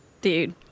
dude